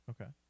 Okay